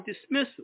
dismissal